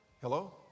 Hello